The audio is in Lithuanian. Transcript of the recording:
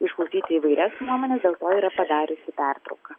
išklausyti įvairias nuomones dėl to yra padariusi pertrauką